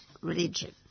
religion